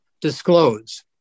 disclose